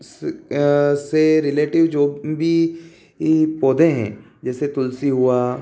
से से रिलेटिव जो भी ये पौधे हैं जैसे तुलसी हुआ